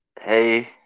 Hey